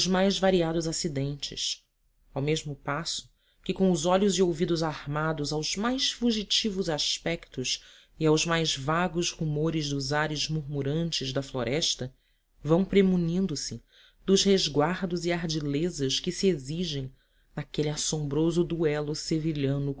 mais variados acidentes ao mesmo passo que com os olhos e ouvidos armados aos mais fugitivos aspetos e aos mais vagos rumores dos ares murmurantes da floresta vão premunindo se dos resguardos e ardilezas que se exigem naquele assombroso duelo sevilhano